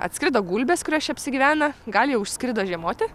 atskrido gulbės kurios čia apsigyvena gal jau išskrido žiemoti